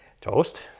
Toast